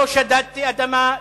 לא שדדתי אדמה,